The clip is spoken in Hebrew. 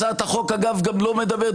הצעת החוק אגב לא מדברת,